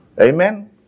Amen